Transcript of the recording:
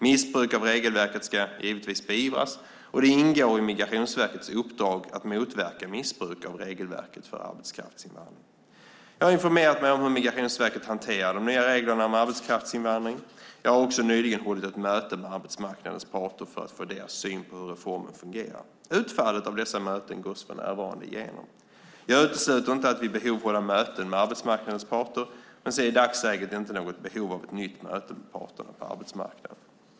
Missbruk av regelverket ska givetvis beivras, och det ingår i Migrationsverkets uppdrag att motverka missbruk av regelverket för arbetskraftsinvandring. Jag har informerat mig om hur Migrationsverket hanterar de nya reglerna om arbetskraftsinvandring. Jag har också nyligen hållit ett möte med arbetsmarknadens parter för att få deras syn på hur reformen fungerar. Utfallet av dessa möten gås för närvarande igenom. Jag utesluter inte att vid behov hålla möten med arbetsmarknadens parter, men ser i dagsläget inte något behov av ett nytt möte med parterna på arbetsmarknaden.